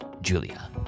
Julia